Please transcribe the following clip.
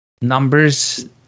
Numbers